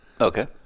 Okay